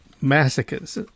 massacres